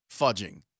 fudging